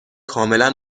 کاملا